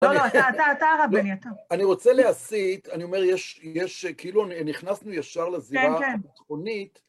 לא, לא, אתה הרב בנייתו. אני רוצה להסיט, אני אומר, יש כאילו, נכנסנו ישר לזירה הביטחונית.